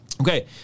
Okay